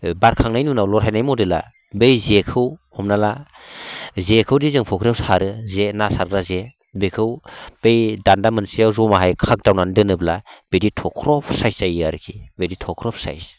बारखांनायनि उनाव लरहायनायनि मडेला बै जेखौ हमना ला जेखौ दि जों फुख्रियाव सारो जे ना सारग्रा जे बेखौ बै दान्दा मोनसेयाव जमाहाय खागदावनानै दोनब्ला बिदि थख्रब साइज जायो आरोकि बिदि थख्रब साइज